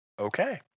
Okay